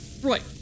Right